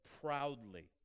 proudly